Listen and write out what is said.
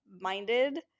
minded